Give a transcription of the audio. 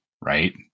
right